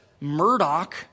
Murdoch